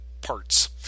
parts